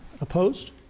Opposed